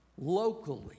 locally